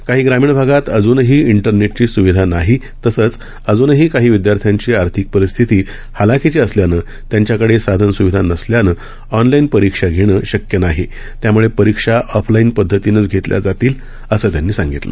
काही ग्रामीण भागात अजूनही इं रने ची स्विधा नाही तसंच अजूनही काही विद्यार्थ्यांची आर्थिक परिस्थिती हालाखीची असल्यानं त्यांच्याकडे साधन स्विधा नसल्यानं ऑनलाईन परीक्षा घेणं शक्य नाही त्यामुळे परीक्षा ऑफलाईन पद्धतीनंच घेतल्या जातील असं त्यांनी सांगितलं